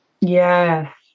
Yes